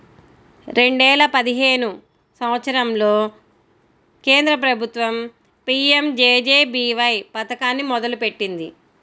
రెండేల పదిహేను సంవత్సరంలో కేంద్ర ప్రభుత్వం పీయంజేజేబీవై పథకాన్ని మొదలుపెట్టింది